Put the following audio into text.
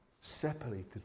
separated